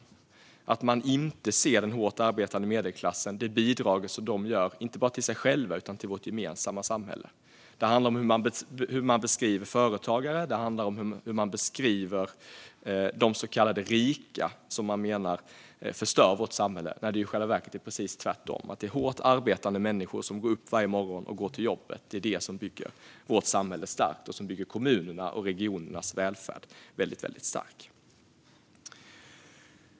Man ser inte den hårt arbetande medelklassen och det bidrag som de människorna ger, inte bara till sig själva utan till vårt gemensamma samhälle. Det handlar om hur man beskriver företagare och de så kallade rika, som man menar förstör vårt samhälle, när det i själva verket är precis tvärtom. De är hårt arbetande människor som går upp varje morgon och går till jobbet. Det är det som bygger vårt samhälle starkt och som bygger kommunernas och regionernas välfärd stark.